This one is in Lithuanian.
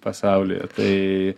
pasaulyje tai